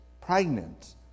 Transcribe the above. pregnant